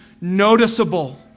noticeable